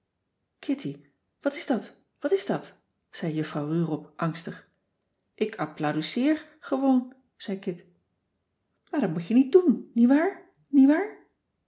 kitty wat is dat wat is dat zei juffrouw rurop angstig ik applaudiseer gewoon zei kit maar dat moet je niet doen niewaar niewaar